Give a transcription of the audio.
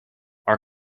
our